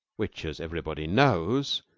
which, as everybody knows,